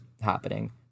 happening